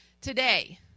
Today